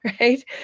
right